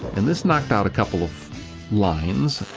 and this knocked out a couple of lines.